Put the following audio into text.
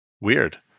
weird